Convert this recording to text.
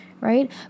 right